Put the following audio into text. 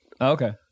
Okay